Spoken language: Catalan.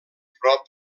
prop